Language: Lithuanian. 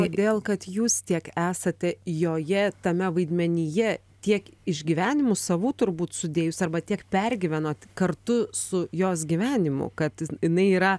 todėl kad jūs tiek esate joje tame vaidmenyje tiek išgyvenimų savų turbūt sudėjus arba tiek pergyvenot kartu su jos gyvenimu kad jinai yra